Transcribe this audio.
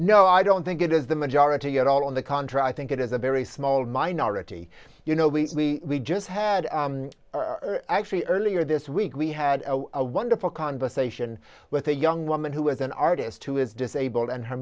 know i don't think it is the majority at all on the contrary i think it is a very small minority you know we just had actually earlier this week we had a wonderful conversation with a young woman who is an artist who is disabled and her